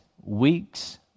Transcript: weeks